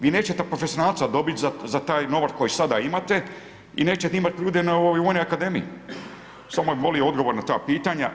Vi nećete profesionalca dobiti za taj novac koji sada imate i nećete imati ljude na ovoj vojnoj Akademiji, samo bih molio odgovor na ta pitanja.